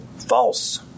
False